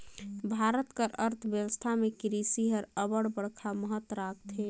भारत कर अर्थबेवस्था में किरसी हर अब्बड़ बड़खा महत राखथे